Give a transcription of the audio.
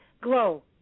glow